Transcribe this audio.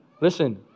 Listen